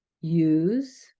use